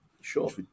Sure